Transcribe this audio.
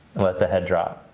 let the head drop.